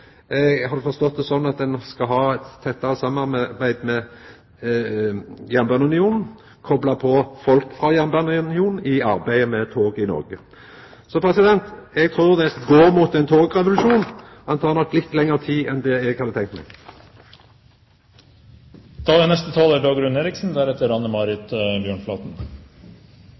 har forstått det slik at ein skal ha eit tettare samarbeid med Jernbaneunionen og kopla folk på frå Jernbaneunionen i arbeidet med tog i Noreg. Eg trur det går mot ein togrevolusjon. Den tek nok litt lengre tid enn det eg hadde tenkt meg. De siste dagers hendelser viser hvor sårbare vi er som nasjon, og at det er